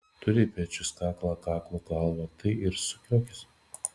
turi pečius kaklą ant kaklo galvą tai ir sukiokis